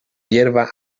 hierba